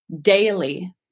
daily